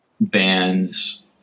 bands